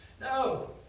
No